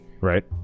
right